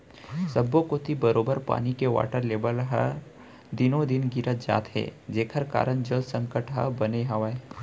सब्बो कोती बरोबर पानी के वाटर लेबल हर दिनों दिन गिरत जात हे जेकर कारन जल संकट ह बने हावय